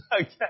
Okay